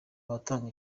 abatanga